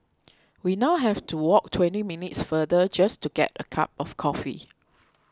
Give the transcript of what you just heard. we now have to walk twenty minutes farther just to get a cup of coffee